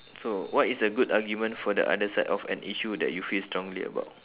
so what is a good argument for the other side of an issue that you feel strongly about